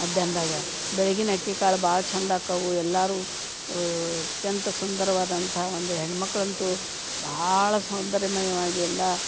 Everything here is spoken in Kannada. ಮಧ್ಯಾಹ್ನನ್ದಾಗ ಬೆಳಗಿನ ಅಕ್ಕಿಕಾಳು ಭಾಳ ಚಂದ ಆಕಾವು ಎಲ್ಲರೂ ಅತ್ಯಂತ ಸುಂದರವಾದಂಥ ಒಂದು ಹೆಣ್ಮಕ್ಳು ಅಂತೂ ಭಾಳ ಸೌಂದರ್ಯಮಯವಾಗಿ ಎಲ್ಲ